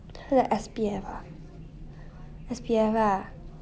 他的 S_P_F ah S_P_F lah